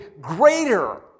greater